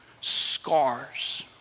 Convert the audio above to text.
scars